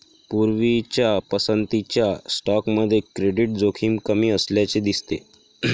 पूर्वीच्या पसंतीच्या स्टॉकमध्ये क्रेडिट जोखीम कमी असल्याचे दिसते